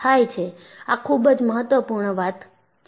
આ ખુબ જ મહત્વપૂર્ણ વાત છે